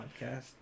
podcast